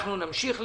אנחנו נמשיך לדבר.